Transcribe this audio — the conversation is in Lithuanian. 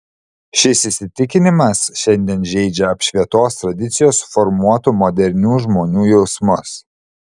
šis įsitikinimas šiandien žeidžia apšvietos tradicijos suformuotų modernių žmonių jausmus